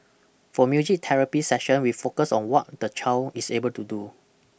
for music therapy session we focus on what the child is able to do